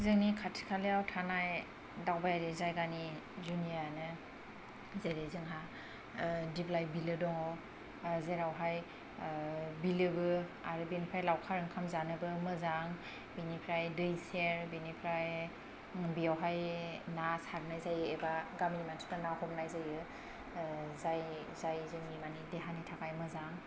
जोंनि खाथि खालायाव थानाय दावबायारि जायगानि जुनियानो जेरै जोंहा ओ दिपलाय बिलो दङ जेरावहाय ओ बिलोबो आरो बेनिफ्राय लावखार ओंखाम जानोबो मोजां बिनिफ्राय दै सेर बिनिफ्राय बेयावहाय ना सारनाय जायो एबा गामिनि मानसिफ्रा ना हमनाय जायो ओ जाय जाय जोंनि मानि देहानि थाखाय मोजां